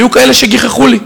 היו כאלה שגיחכו לי.